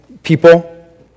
people